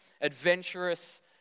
adventurous